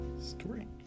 story